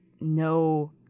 no